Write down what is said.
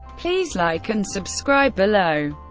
please like and subscribe below.